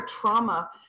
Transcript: trauma